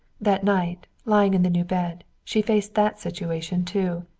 that night, lying in the new bed, she faced that situation too.